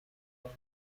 بودم